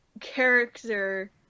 character